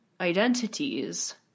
identities